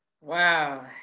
wow